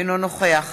אינו נוכח